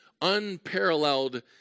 unparalleled